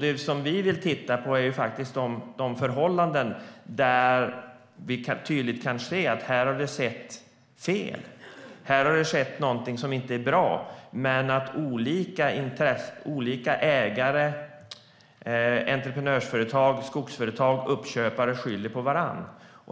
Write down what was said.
Det vi vill titta på är de förhållanden där vi tydligt kan se att det har blivit fel, att det har skett något som inte är bra. Olika ägare, entreprenörsföretag, skogsföretag och uppköpare kan skylla på varandra.